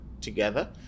together